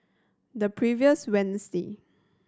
the previous Wednesday